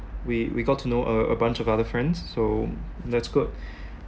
we we got to know a a bunch of other friends so that's good